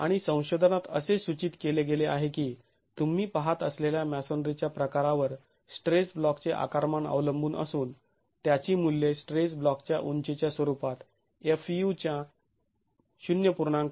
आणि संशोधनात असे सूचित केले गेले आहे की तुम्ही पहात असलेल्या मॅसोनरीच्या प्रकारावर स्ट्रेस ब्लॉकचे आकारमान अवलंबून असून त्याची मुल्ये स्ट्रेस ब्लॉकच्या उंचीच्या स्वरूपात fu च्या ०